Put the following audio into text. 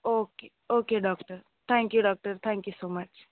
okay okay doctor thank you doctor thank you so much